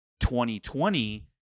2020